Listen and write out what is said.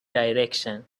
direction